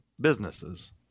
businesses